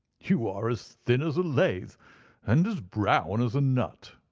you are as thin as a lath and as brown as a nut.